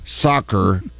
soccer